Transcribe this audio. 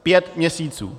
Pět měsíců!